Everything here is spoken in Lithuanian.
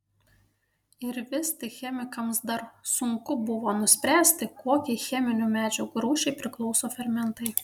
ir vis tik chemikams dar sunku buvo nuspręsti kokiai cheminių medžiagų rūšiai priklauso fermentai